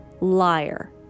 liar